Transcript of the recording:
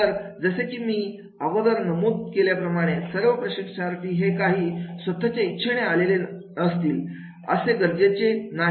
तर जसे की मी अगोदर सांगितल्याप्रमाणे सर्व प्रशिक्षणार्थी हे काही स्वतःच्या इच्छेने आले असतीलच असे गरजेची नाही